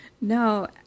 No